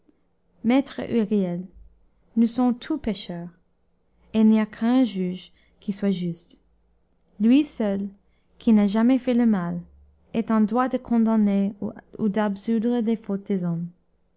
maître huriel nous sommes tous pécheurs et il n'y a qu'un juge qui soit juste lui seul qui n'a jamais fait le mal est en droit de condamner ou d'absoudre les fautes des hommes